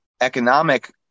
economic